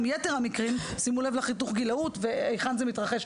גם יתר המקרים שימו לב לחתך הגיל והיכן זה מתרחש.